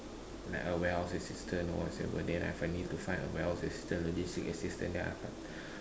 like a warehouse assistant or whatsoever then if I need to find a warehouse assistant logistic assistant then I